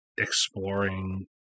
exploring